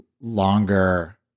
longer